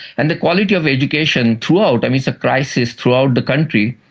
and the quality of education throughout, i mean it's a crisis throughout the country.